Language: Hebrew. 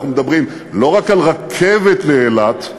אנחנו מדברים לא רק על רכבת לאילת,